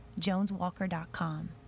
JonesWalker.com